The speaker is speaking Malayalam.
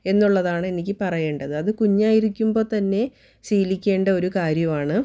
എന്നുള്ളതാണ് എനിക്ക് പറയേണ്ടത് അത് കുഞ്ഞായിരിക്കുമ്പോൾ തന്നെ ശീലിക്കേണ്ട ഒരു കാര്യമാണ്